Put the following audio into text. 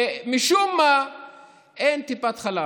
משום מה אין טיפת חלב.